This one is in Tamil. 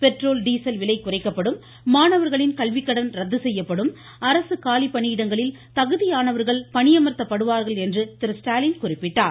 பெட்ரோல் டீசல் விலை குறைக்கப்படும் மாணவர்களின் கல்விக்கடன் ரத்து செய்யப்படும் அரசு காலிப்பணியிடங்களில் தகுதியானவர்கள் பணியமர்த்தப்படுவார்கள் என்று திரு ஸ்டாலின் குறிப்பிட்டார்